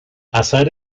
azar